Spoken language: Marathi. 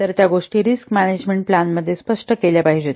तर त्या गोष्टी रिस्क मॅनेजमेंट प्लान मध्ये स्पष्ट केल्या पाहिजेत